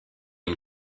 une